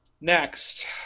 Next